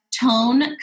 tone